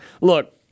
look